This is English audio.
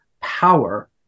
power